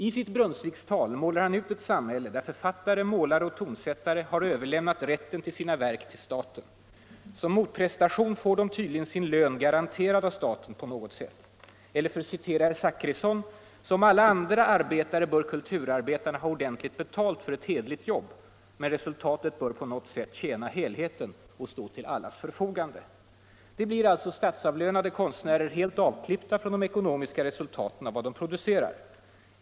I sitt Brunnsvikstal målar han ut ett samhälle där författare, målare och tonsättare har överlämnat rätten till sina verk till staten. Som motprestation får de tydligen sin lön garanterad av staten på något sätt. Eller för att citera herr Zachrisson: ”Som alla andra arbetare bör kulturarbetarna ha ordentligt betalt för ett hederligt jobb, men resultatet bör på något sätt tjäna helheten och stå till allas förfogande.” Resultatet blir alltså statsavlönade konstnärer helt avklippta från de ekonomiska resultaten av vad de producerar.